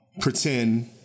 pretend